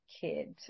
kids